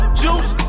juice